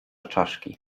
czaszki